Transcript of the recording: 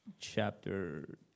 chapter